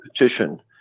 petition